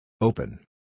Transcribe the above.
Open